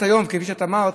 בתחילת היום, כפי שאמרת,